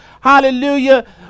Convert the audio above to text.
hallelujah